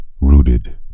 rooted